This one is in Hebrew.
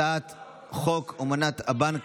הצעת חוק אמנת הבנק